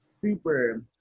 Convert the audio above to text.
super